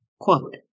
quote